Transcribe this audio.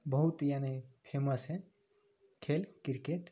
बहुत यानि फेमस हय खेल क्रिकेट